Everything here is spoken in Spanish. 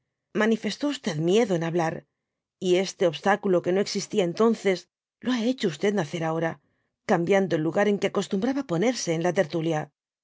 manifestó miedo en hablar y este obstáculo que no existía entonces lo ha hecho nacer ahora cambiando el lugar en que acostumbraba ponerse en la tertulia